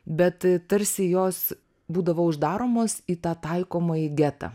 bet tarsi jos būdavo uždaromos į tą taikomąjį getą